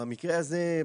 במקרה הזה,